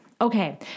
Okay